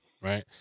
right